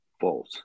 false